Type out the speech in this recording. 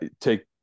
take